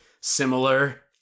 similar